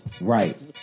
Right